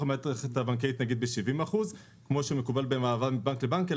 המערכת הבנקאית נגיד ב-70 אחוז כמו שמקובל במעבר מבנק לבנק,